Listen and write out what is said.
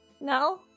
No